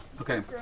Okay